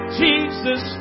jesus